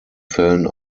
fällen